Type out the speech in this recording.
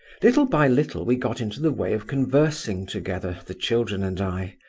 little by little we got into the way of conversing together, the children and i.